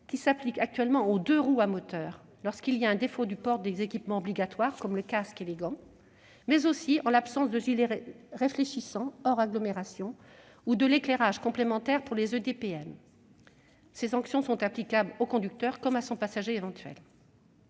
qui s'applique actuellement aux deux-roues motorisés, lorsqu'il y a défaut du port des équipements obligatoires- casque et gants -, mais aussi en l'absence de gilet réfléchissant hors agglomération ou de l'éclairage complémentaire pour les EDPM. Ces sanctions sont applicables au conducteur, comme à son passager éventuel.